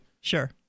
sure